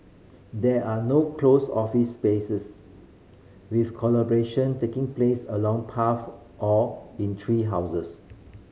there are no closed office spaces with collaboration taking place along path or in tree houses